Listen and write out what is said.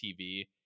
tv